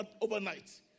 overnight